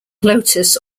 lotus